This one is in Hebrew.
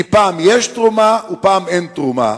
כי פעם יש תרומה ופעם אין תרומה.